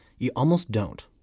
you almost don't.